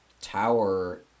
tower